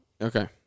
Okay